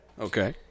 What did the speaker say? Okay